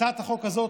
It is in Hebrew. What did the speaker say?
הצעת חוק זו